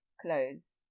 clothes